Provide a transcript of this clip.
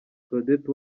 claudette